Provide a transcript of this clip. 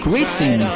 Racing